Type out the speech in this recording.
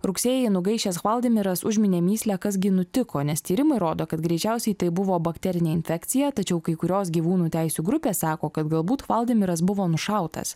rugsėjį nugaišęs hvaldimiras užminė mįslę kas gi nutiko nes tyrimai rodo kad greičiausiai tai buvo bakterinė infekcija tačiau kai kurios gyvūnų teisių grupės sako kad galbūt hvaldimiras buvo nušautas